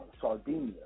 Sardinia